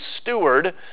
steward